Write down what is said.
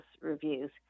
reviews